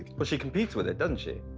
but she competes with it, doesn't she?